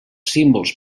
símbols